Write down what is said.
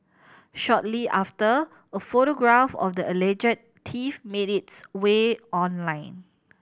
shortly after a photograph of the alleged thief made its way online